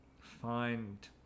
find